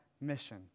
mission